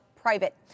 Private